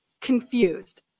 confused